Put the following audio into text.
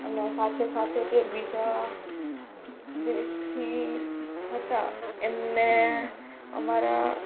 અને સાથે સાથે જે બીજા દેશથી હતા એમને અમારા